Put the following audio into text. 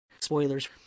Spoilers